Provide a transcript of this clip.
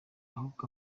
ahubwo